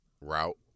route